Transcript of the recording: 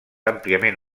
àmpliament